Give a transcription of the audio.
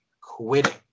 quitting